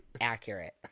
accurate